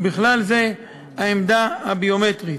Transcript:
בכלל זה העמדה הביומטרית.